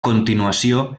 continuació